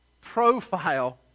profile